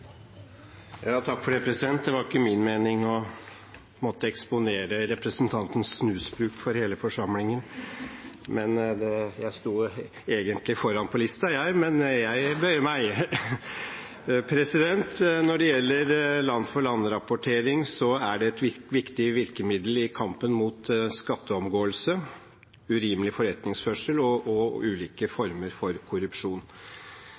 Det var ikke min mening å eksponere representanten Serigstad Valens snusbruk for hele forsamlingen – jeg sto egentlig foran på listen, men jeg bøyer meg. Når det gjelder land-for-land-rapportering, er det et viktig virkemiddel i kampen mot skatteomgåelse, urimelig forretningsførsel og ulike former for korrupsjon,